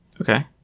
Okay